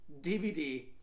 DVD